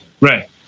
Right